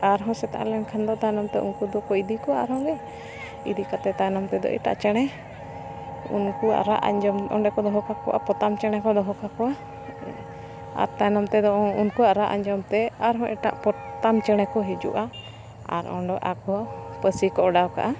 ᱟᱨᱦᱚᱸ ᱥᱮᱛᱟᱜ ᱞᱮᱱᱠᱷᱟᱱ ᱫᱚ ᱛᱟᱭᱱᱚᱢ ᱛᱮ ᱩᱱᱠᱩ ᱫᱚᱠᱚ ᱤᱫᱤ ᱠᱚᱣᱟ ᱟᱨᱦᱚᱸ ᱜᱮ ᱤᱫᱤ ᱠᱟᱛᱮᱫ ᱛᱟᱭᱱᱚᱢ ᱛᱮᱫᱚ ᱮᱴᱟᱜ ᱪᱮᱬᱮ ᱩᱱᱠᱩᱣᱟᱜ ᱨᱟᱜ ᱟᱸᱡᱚᱢ ᱚᱸᱰᱮ ᱠᱚ ᱫᱚᱦᱚ ᱠᱟᱠᱚᱣᱟ ᱯᱚᱛᱟᱢ ᱪᱮᱬᱮ ᱠᱚ ᱫᱚᱦᱚ ᱠᱟᱠᱚᱣᱟ ᱟᱨ ᱛᱟᱭᱱᱚᱢ ᱛᱮᱫᱚ ᱩᱱᱠᱩᱣᱟᱜ ᱨᱟᱜ ᱟᱸᱡᱚᱢ ᱛᱮ ᱟᱨᱦᱚᱸ ᱮᱴᱟᱜ ᱯᱚᱛᱟᱢ ᱪᱮᱬᱮ ᱠᱚ ᱦᱤᱡᱩᱜᱼᱟ ᱟᱨ ᱚᱸᱰᱮ ᱟᱠᱚ ᱯᱟᱹᱥᱤ ᱠᱚ ᱚᱰᱟᱣ ᱠᱟᱜᱼᱟ